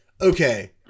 okay